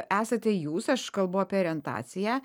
esate jūs aš kalbu apie orientaciją